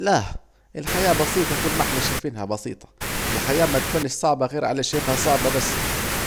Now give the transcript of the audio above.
لاه، الحياة بسيطة طول ما احنا شايفينها بسيطة، الحياة متكونش صعبة غير عالي شايفها صعبة وبس